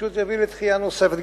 פשוט יביא לדחייה נוספת.